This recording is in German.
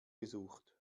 gesucht